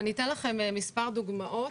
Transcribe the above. אני אתן לכם מספר דוגמאות.